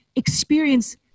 experience